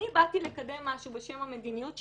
אני באתי לקדם משהו בשם המדיניות שלי,